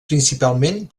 principalment